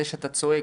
זה שאתה צועק,